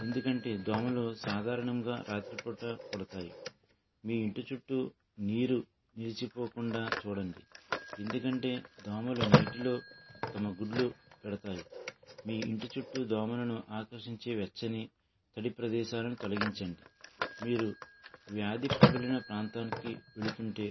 ఎందుకంటే దోమలు సాధారణంగా రాత్రిపూట కుడతాయి మీ ఇంటి చుట్టూ నీరు నిలిచిపోకుండా చూడండి ఎందుకంటే దోమలు నీటిలో తమ గుడ్లు పెడతాయి మీ ఇంటి చుట్టు దోమలను ఆకర్షించే వెచ్చని తొలి ప్రదేశాలను తొలగించండి మీరు వ్యాధి ప్రబలిన ప్రాంతానికి వెళుతుంటే